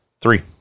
Three